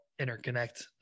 interconnect